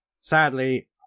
Sadly